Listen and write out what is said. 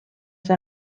see